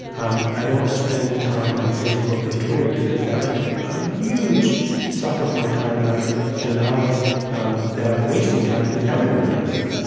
um i don't spend time on facebook and twitter because that would be a huge suck of my time, and i could deny um that i was wasting time, because everyone does it.